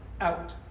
out